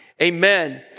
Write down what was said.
Amen